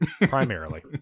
primarily